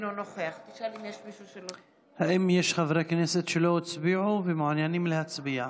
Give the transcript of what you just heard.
אינו נוכח האם יש חברי כנסת שלא הצביעו ומעוניינים להצביע?